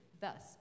thus